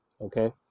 Okay